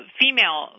female